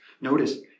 Notice